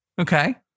Okay